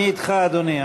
אני אתך, אדוני.